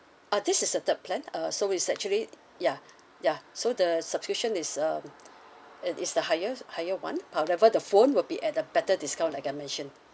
uh this is the third plan uh so it's actually ya ya so the subscription is um and it's a higher higher one however the phone will be at a better discount like I mentioned